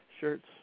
shirts